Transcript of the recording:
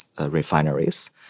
refineries